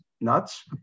nuts